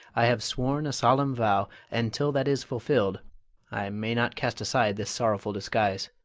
i have sworn a solemn vow, and till that is fulfilled i may not cast aside this sorrowful disguise.